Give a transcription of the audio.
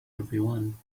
everyone